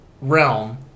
realm